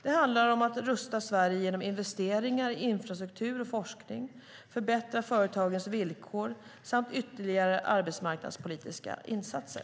Det handlar om att rusta Sverige genom investeringar i infrastruktur och forskning, förbättra företagens villkor samt ytterligare arbetsmarknadspolitiska insatser.